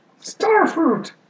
starfruit